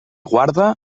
guarda